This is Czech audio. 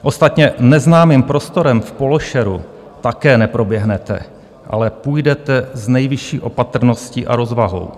Ostatně neznámým prostorem v pološeru také neproběhnete, ale půjdete s nejvyšší opatrností a rozvahou.